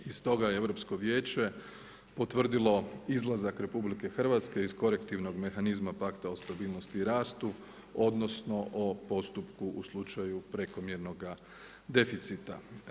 I stoga je Europsko vijeće potvrdilo izlazak RH iz korektivnog mehanizma pakta o stabilnosti i rastu, odnosno o postupku u slučaju prekomjernoga deficita.